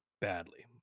badly